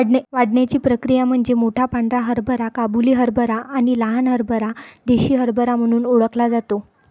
वाढण्याची प्रक्रिया म्हणजे मोठा पांढरा हरभरा काबुली हरभरा आणि लहान हरभरा देसी हरभरा म्हणून ओळखला जातो